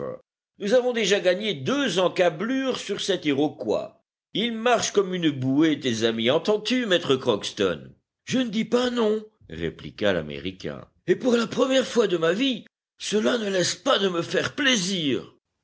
nous avons déjà gagné deux encablures sur cet iroquois ils marchent comme une bouée tes amis entends-tu maître crockston je ne dis pas non répliqua l'américain et pour la première fois de ma vie cela ne laisse pas de me faire plaisir